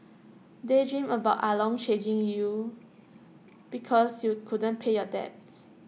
daydream about ah long chasing you because you couldn't pay your debts